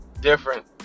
different